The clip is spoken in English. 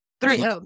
Three